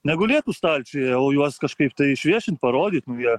negulėtų stalčiuje o juos kažkaip tai išviešint parodyt nu jie